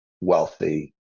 wealthy